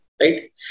right